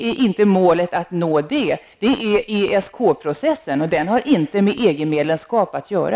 EG är inte målet att nå detta, utan det är ESK-processen och den har inte med EG medlemskap att göra.